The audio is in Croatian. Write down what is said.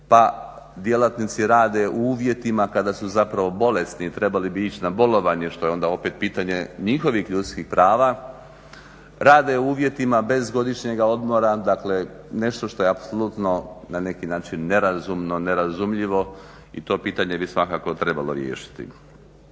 pa djelatnici rade u uvjetima kada su zapravo bolesni i trebali bi ići na bolovanje što je onda opet pitanje njihovih ljudskih prava, rade u uvjetima bez godišnjega odmora, dakle nešto što je apsolutno na neki način nerazumno, nerazumljivo i to pitanje bi svakako trebalo riješiti.